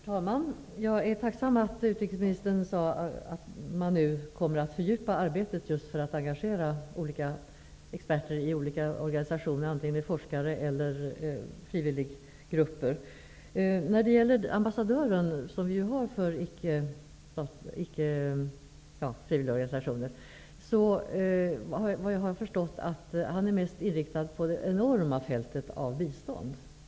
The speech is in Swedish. Herr talman! Jag är tacksam för att utrikesministern sade att man nu kommer att fördjupa arbetet just när det gäller att engagera olika experter i olika organisationer. Det kan gälla forskare eller frivilliggrupper. När det gäller vår ambassadör för frivilligorganisationer har jag förstått att han mest är inriktad på det enorma biståndsfältet.